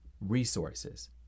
Resources